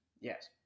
Yes